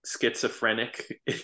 schizophrenic